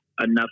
enough